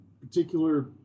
particular